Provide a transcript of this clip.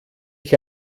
ich